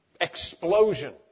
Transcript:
explosion